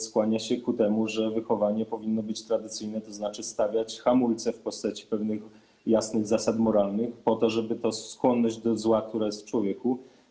Skłaniał się ku temu, że wychowanie powinno być tradycyjne, to znaczy stawiać hamulce w postaci pewnych jasnych zasad moralnych po to, żeby hamować tę skłonność do zła, która jest w człowieku.